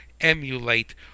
emulate